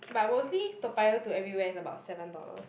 but mostly Toa-Payoh to everywhere is about seven dollars